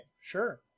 Sure